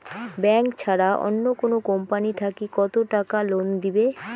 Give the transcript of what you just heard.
Bank ছাড়া অন্য কোনো কোম্পানি থাকি কত টাকা লোন দিবে?